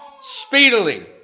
speedily